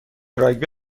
راگبی